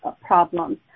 problems